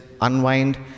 unwind